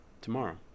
tomorrow